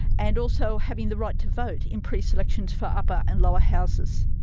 and also having the right to vote in pre-selections for upper and lower houses.